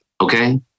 Okay